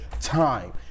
time